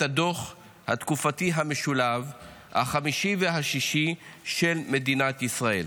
הדוח התקופתי המשולב החמישי והשישי של מדינת ישראל.